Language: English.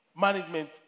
Management